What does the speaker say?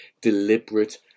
deliberate